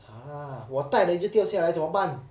ha lah 我带 liao 就掉下来怎么办